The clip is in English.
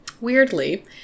weirdly